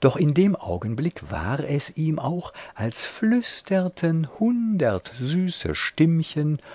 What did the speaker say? doch in dem augenblick war es ihm auch als flüsterten hundert süße stimmchen